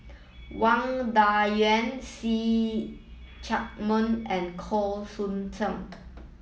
Wang Dayuan See Chak Mun and Khoo Sheng Tiong